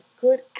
good